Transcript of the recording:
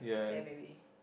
ya maybe